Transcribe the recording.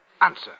answer